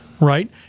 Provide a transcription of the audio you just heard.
right